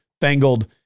fangled